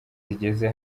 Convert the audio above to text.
zigeze